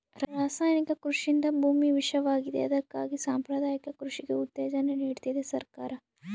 ರಾಸಾಯನಿಕ ಕೃಷಿಯಿಂದ ಭೂಮಿ ವಿಷವಾಗಿವೆ ಅದಕ್ಕಾಗಿ ಸಾಂಪ್ರದಾಯಿಕ ಕೃಷಿಗೆ ಉತ್ತೇಜನ ನೀಡ್ತಿದೆ ಸರ್ಕಾರ